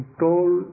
told